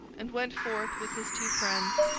and went forth with his two friends,